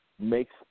makes